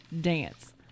dance